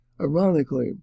Ironically